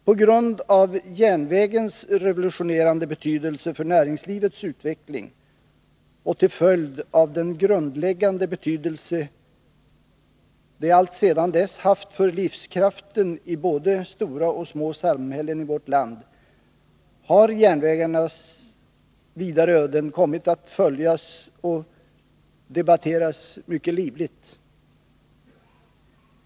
På grund av järnvägens revolutionerande betydelse för näringslivets utveckling och till följd av den grundläggande betydelse den alltsedan uppbyggandet av järnvägsnätet haft för livskraften i både stora och små samhällen i vårt land, har järnvägarnas vidare öden kommit att följas noga och debatteras mycket livligt.